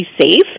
safe